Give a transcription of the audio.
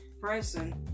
present